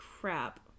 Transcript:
crap